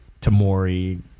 Tamori